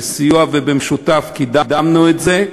בסיוע ובמשותף קידמנו את זה.